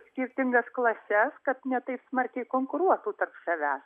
skirtingas klases kad ne taip smarkiai konkuruotų tarp savęs